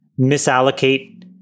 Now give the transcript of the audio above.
misallocate